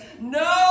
No